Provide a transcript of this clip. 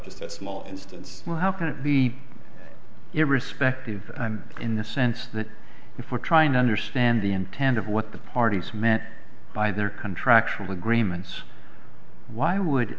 just a small instance well how can it be irrespective and in the sense that if we're trying to understand the intent of what the parties meant by their contractual agreements why would